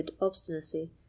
obstinacy